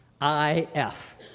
I-F